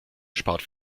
spart